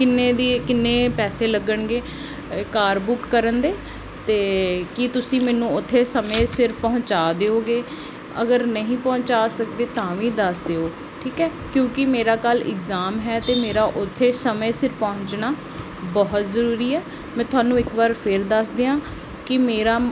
ਕਿੰਨੇ ਦੀ ਕਿੰਨੇ ਪੈਸੇ ਲੱਗਣਗੇ ਕਾਰ ਬੁੱਕ ਕਰਨ ਦੇ ਅਤੇ ਕੀ ਤੁਸੀਂ ਮੈਨੂੰ ਉੱਥੇ ਸਮੇਂ ਸਿਰ ਪਹੁੰਚਾ ਦਿਓਗੇ ਅਗਰ ਨਹੀਂ ਪਹੁੰਚਾ ਸਕਦੇ ਤਾਂ ਵੀ ਦੱਸ ਦਿਓ ਠੀਕ ਹੈ ਕਿਉਂਕਿ ਮੇਰਾ ਕੱਲ੍ਹ ਐਗਜ਼ਾਮ ਹੈ ਅਤੇ ਮੇਰਾ ਉੱਥੇ ਸਮੇਂ ਸਿਰ ਪਹੁੰਚਣਾ ਬਹੁਤ ਜ਼ਰੂਰੀ ਹੈ ਮੈਂ ਤੁਹਾਨੂੰ ਇੱਕ ਵਾਰ ਫਿਰ ਦੱਸ ਦੇਵਾਂ ਕਿ ਮੇਰਾ